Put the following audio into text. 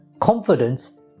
confidence